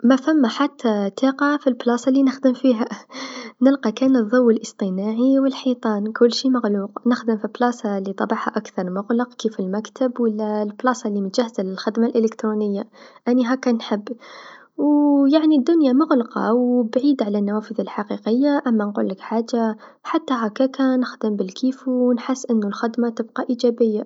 ما فما حتى تاقه في البلاصه لنخدم فيها نلقى كان الضو الإصطناعي و الحيطان كل شي مغلوق، نخدم في بلاصه لطبعها أكثر مغلق كيف المكتب و لا البلاصه لمجهزا للخدمه الإلكترونيه، آني هاكا نحب، و يعني الدنيا مغلقه و بعيدا على النوافذ الحقيقيه، أما نقولك حاجه حتى هكاك نخدم بالكيف و نحس أنو خدمه تبقى إيجابيه.